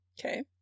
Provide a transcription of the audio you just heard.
Okay